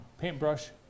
paintbrush